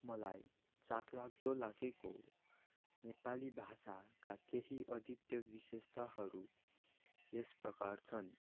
मलाई चाखलाग्दो लागेको नेपाली भाषाका केही अद्वितीय विशेषताहरू यस प्रकार छन्